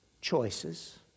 choices